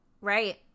right